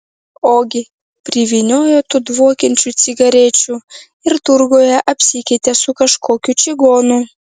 ogi privyniojo tų dvokiančių cigarečių ir turguje apsikeitė su kažkokiu čigonu